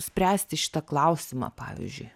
spręsti šitą klausimą pavyzdžiui